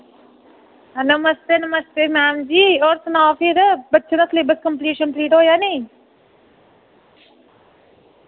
नमस्ते नमस्ते मैम जी और सनाओ फिर बच्चें दा सलेबस कम्पलीट शम्पलीट होआ नेईं